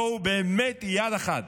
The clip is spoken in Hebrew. בואו, באמת, יד אחת,